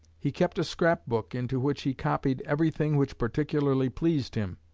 he kept a scrap-book into which he copied everything which particularly pleased him.